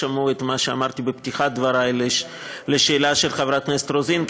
שמעו את מה שאמרתי בפתיחת דברי על השאלה של חברת הכנסת רוזין,